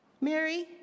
Mary